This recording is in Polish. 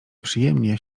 właśnie